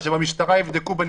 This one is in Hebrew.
שהמשטרה יבדקו.